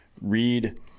read